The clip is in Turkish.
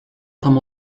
tam